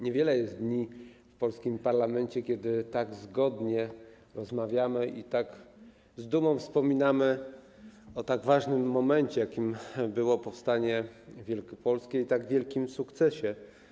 Niewiele jest dni w polskim parlamencie, kiedy tak zgodnie rozmawiamy i z dumą wspominamy tak ważny moment, jakim było powstanie wielkopolskie, i tak wielki sukces.